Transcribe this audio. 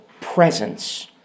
presence